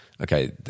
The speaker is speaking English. okay